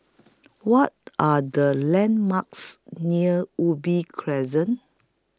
What Are The landmarks near Ubi Crescent